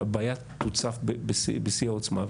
שהבעיה תוצף בשיא העוצמה,